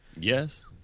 yes